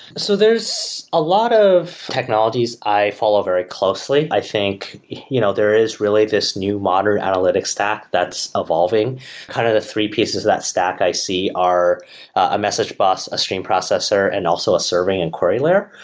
so there's a lot of technologies i follow very closely. i think you know there is really this new modern analytic stack that's evolving. kind of the three pieces of that stack i see are a message bus, a stream processor and also a serving inquiry layer.